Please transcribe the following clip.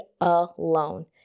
alone